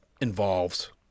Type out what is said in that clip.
involved